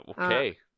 Okay